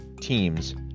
teams